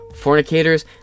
fornicators